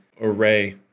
array